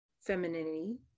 femininity